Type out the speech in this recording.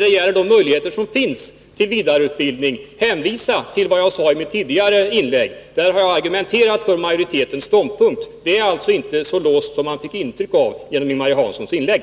det gäller möjligheterna till vidareutbildning vill jag helt enkelt hänvisa till vad jag sade i mitt tidigare inlägg. Där har jag argumenterat för majoritetens ståndpunkt. Den är alltså inte så låst som man fick ett intryck av när man hörde Ing-Marie Hanssons inlägg.